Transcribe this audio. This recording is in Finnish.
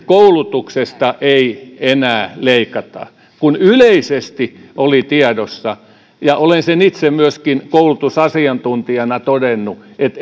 koulutuksesta ei enää leikata kun yleisesti oli tiedossa ja olen sen itse myöskin koulutusasiantuntijana todennut että